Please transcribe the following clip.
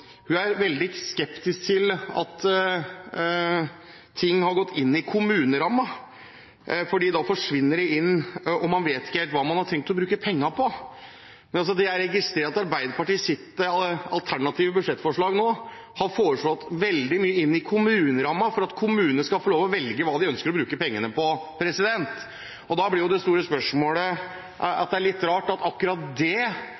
Hun er veldig skeptisk til at penger har gått inn i kommunerammen, for da forsvinner de og man vet ikke helt hva man skal bruke dem på. Jeg registrerer at i Arbeiderpartiets alternative budsjett er det nå foreslått veldig mye inn i kommunerammen for at kommunene skal få velge hva de skal bruke pengene på. Da er det litt rart at Arbeiderpartiet ønsker at akkurat det skal være en egen post, mens f.eks. eldreomsorg, å sikre alle en trygg og